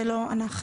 זה לא אנחנו.